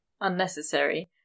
unnecessary